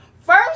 First